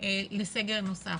לסגר נוסף,